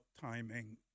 timing